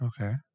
okay